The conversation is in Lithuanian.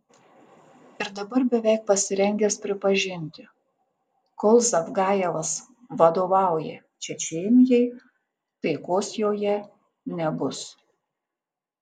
ir dabar beveik pasirengęs pripažinti kol zavgajevas vadovauja čečėnijai taikos joje nebus